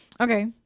Okay